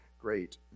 great